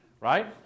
right